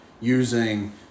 using